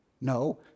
No